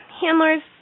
handlers